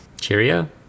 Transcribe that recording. Cheerio